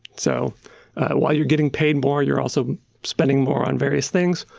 so while you're getting paid more, you're also spending more on various things.